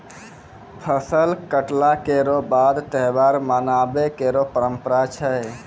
फसल कटला केरो बाद त्योहार मनाबय केरो परंपरा छै